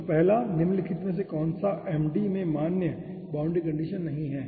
तो पहला निम्नलिखित में से कौन सा MD में मान्य बाउंड्री कंडीशन नहीं है